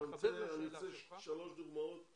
לי שלוש דוגמאות על